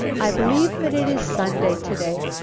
i believe that it is sunday to-day.